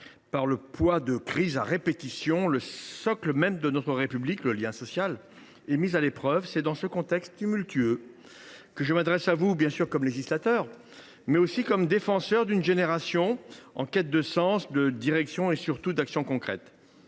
par le poids des crises à répétition, le socle même de notre République, le lien social, est aujourd’hui mis à l’épreuve. C’est dans ce contexte tumultueux que je m’adresse à vous comme législateur, mais aussi comme défenseur d’une génération en quête de sens, de direction et surtout d’actions concrètes.